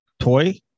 Toy